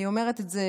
אני אומרת את זה